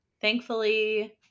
thankfully